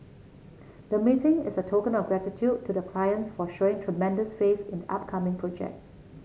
the meeting is a token of gratitude to the clients for showing tremendous faith in the upcoming project